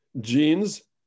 genes